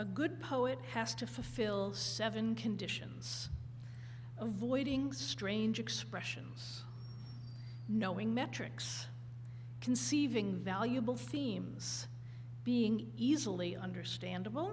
a good poet has to fill seven conditions avoiding strange expressions knowing metrics conceiving valuable themes being easily understandable